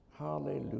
Hallelujah